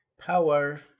power